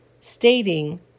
Stating